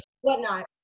whatnot